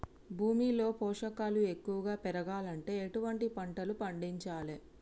భూమిలో పోషకాలు ఎక్కువగా పెరగాలంటే ఎటువంటి పంటలు పండించాలే?